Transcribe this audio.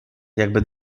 jakby